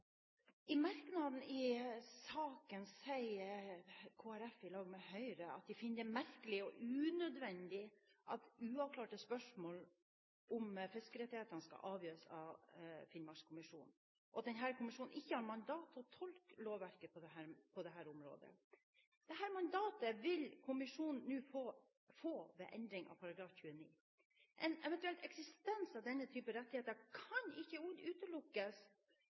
I merknadene i saken sier Kristelig Folkeparti, sammen med Høyre, at de finner det merkelig og unødvendig at uavklarte spørsmål om fiskerettighetene skal avgjøres av Finnmarkskommisjonen, og at denne kommisjonen ikke har mandat til å tolke lovverket på dette området. Dette mandatet vil kommisjonen nå få ved endring av § 29. En eventuell eksistens av denne type rettigheter kan ikke utelukkes.